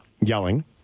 yelling